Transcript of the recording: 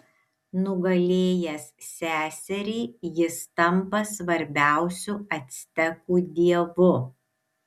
nugalėjęs seserį jis tampa svarbiausiu actekų dievu